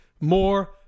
more